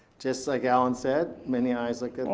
just like alan said, many eyes like and